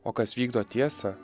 o kas vykdo tiesą